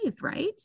right